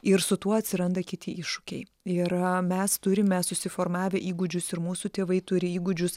ir su tuo atsiranda kiti iššūkiai ir mes turime susiformavę įgūdžius ir mūsų tėvai turi įgūdžius